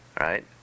right